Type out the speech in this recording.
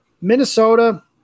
Minnesota